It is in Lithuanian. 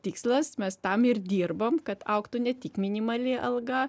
tikslas mes tam ir dirbam kad augtų ne tik minimali alga